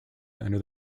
under